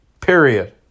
Period